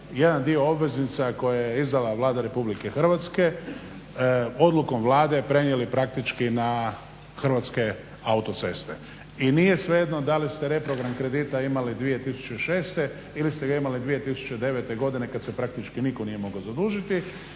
jedan dio obveznica koje je izdala Vlada Republike Hrvatske odlukom Vlade prenijeli praktički na Hrvatske autoceste. I nije svejedno da li ste reprogram kredita imali 2006. ili ste ga imali 2009. godine kad se praktički niko nije mogao zadužiti.